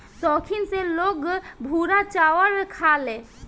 सौखीन से लोग भूरा चाउर खाले